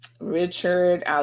Richard